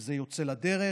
וזה יוצא לדרך.